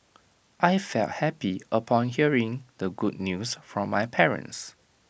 I felt happy upon hearing the good news from my parents